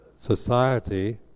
society